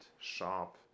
sharp